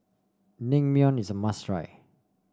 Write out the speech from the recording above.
naengmyeon is a must try